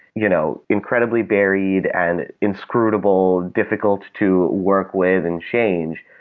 you know incredibly varied and inscrutable, difficult to work with in change.